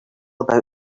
about